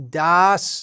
das